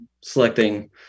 Selecting